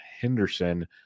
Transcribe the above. henderson